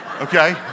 Okay